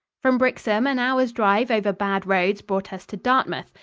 from brixham, an hour's drive over bad roads brought us to dartmouth,